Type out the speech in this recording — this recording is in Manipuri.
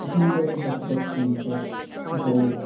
ꯑꯍꯥꯝꯕꯗꯨꯗ ꯄ꯭ꯔꯗꯛꯁꯤꯡ ꯁꯣ ꯒꯣꯜ